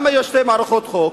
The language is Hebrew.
יש שתי מערכות חוק?